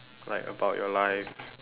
like about your life